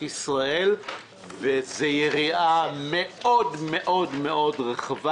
ישראל וזו יריעה מאוד-מאוד-מאוד רחבה.